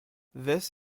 this